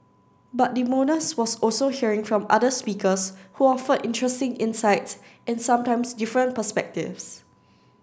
but the bonus was also hearing from other speakers who offered interesting insights and sometimes different perspectives